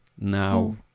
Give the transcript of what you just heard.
now